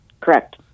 Correct